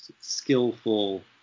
skillful